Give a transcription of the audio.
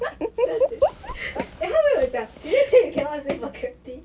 danzei then 他没有讲 is it say you cannot save a guilty